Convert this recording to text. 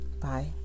bye